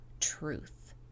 truth